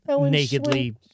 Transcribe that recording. nakedly